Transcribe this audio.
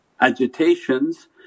agitations